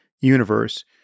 universe